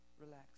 Relax